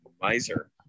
Miser